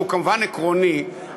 שהוא כמובן עקרוני,